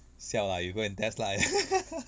siao lah you go and test lah